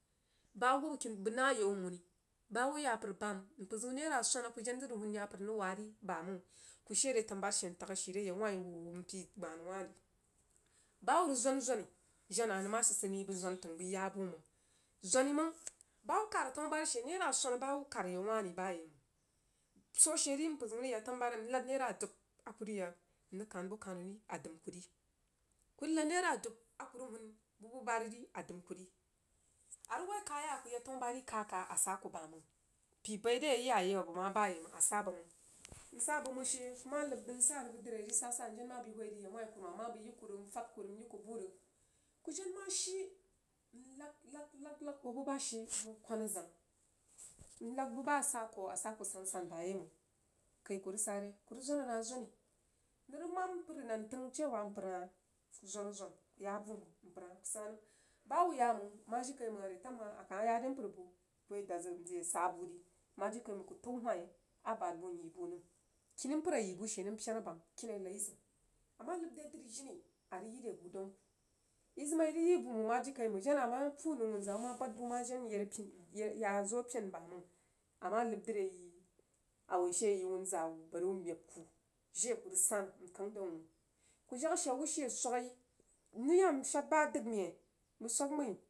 Ba hub kini bəg nah yan muniba hub ya pər bam mpər zəun nera swana a ku jen rəg wun yapər ri bayenəng ku she re tanubari she n tag ashi re yau wah ri m pəi gbah nən wah re. Ba hub rəg zwanzwani jena nəng ma sid sid nə bəg zwan təng bəi ya bu məng. Zwoni məng ba hub kad tanu bari she nera swana ba hub kad yau wah ribayei məng. Swo she ri mpər zəun rəg yad tanu bari nnad nera dub a ku rəg yak n rəg kan bu kannu rii a dəmb kuri ku rəg nad nera dub a ku rəg hun bu bubari a dəmb ku ri arəg woi dəi kaya aku rəghwa n yak tanu bubari kyagaa a sa ku bam. Pəi bal dri a iyaye ma den bam asa bəg məng n sa bəg məng she kama nəb nəb nsa rəg bəg dri ri sasa ka jen ma who rəg yau win kuruman ma jenbəiyi ku rəg n yi ku bu kuma jen ma shi n nag nag hooba bashe n hoo kan zang nnas buba asa ko nsa ku sansa bayeməng ku rəg sa ne ku zwonnah zwoni nəng rəg mam mpər nan təng shewa mpər ku zwonazwan ku ya bu məng mpər sa nəm, bahub ya məng jiri kai məng re tam hah ama ya re bu bəg ye dad zəg n zəg saburi majiri kai məng ku təu whain a bad n yi bu nəm. kihi mpər a yi bu she nəm pena bam kini rezəun ama nəb re dri jini arəg yire bu daun ku i zim a rəg yi bu məng ma jirikai məng wunza wu ma jen bad bu ma yed apine ma yazo pen bayeiməng a ma nəb dri ayi a woi sheyi wunwa wu bari u meb ka jiri a ku rəg san n kang dan wuh ku jag ashe wu she swashi n rəg iya n shad ba dəg məi bəg swag məi